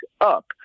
up